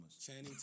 Channing